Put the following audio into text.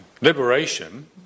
liberation